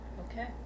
Okay